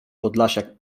podlasiak